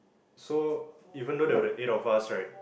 so even though there were the eight of us right